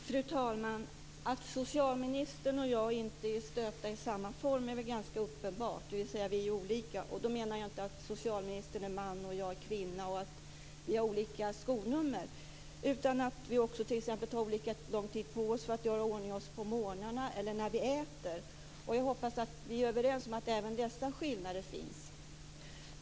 Fru talman! Att socialministern och jag inte är stöpta i samma form är väl ganska uppenbart, dvs. vi är olika. Och då menar jag inte att socialministern är man och jag är kvinna och att vi har olika skonummer, utan att vi också t.ex. tar olika lång tid på oss för att göra oss i ordning på morgnarna eller när vi äter. Jag hoppas att vi är överens om att även dessa skillnader finns.